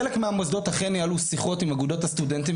חלק מהמוסדות אכן יעלו שיחות עם אגודות הסטודנטים,